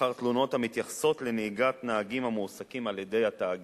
אחר תלונות המתייחסות לנהיגת נהגים המועסקים על-ידי התאגיד,